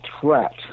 threat